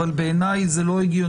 אבל בעיניי זה לא הגיוני